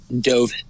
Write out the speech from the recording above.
dove